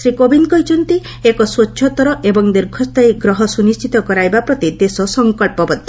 ଶ୍ରୀ କୋବିନ୍ଦ କହିଛନ୍ତି ଏକ ସ୍ୱଚ୍ଛତର ଏବଂ ଦୀର୍ଘସ୍ଥାୟୀ ଗ୍ରହ ସୁନିଣ୍ଟିତ କରାଇବା ପ୍ରତି ଦେଶ ସଙ୍କଚ୍ଚବଦ୍ଧ